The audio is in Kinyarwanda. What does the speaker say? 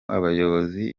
abayobozi